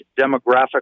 Demographic